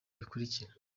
bikurikira